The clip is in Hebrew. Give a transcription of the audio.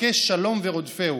"בקש שלום ורדפהו".